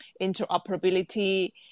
interoperability